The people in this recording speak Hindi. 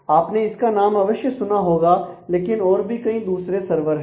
आपने इसका नाम अवश्य सुना होगा लेकिन और भी कई दूसरे सर्वर हैं